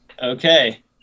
Okay